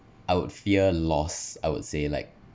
I would fear loss I would say like